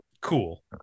Cool